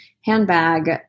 handbag